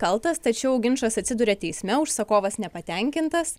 kaltas tačiau ginčas atsiduria teisme užsakovas nepatenkintas